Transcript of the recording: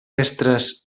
extres